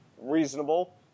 reasonable